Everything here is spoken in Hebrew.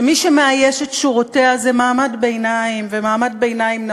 שמי שמאייש את שורותיה זה מעמד ביניים ומעמד ביניים נמוך,